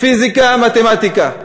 פיזיקה, מתמטיקה.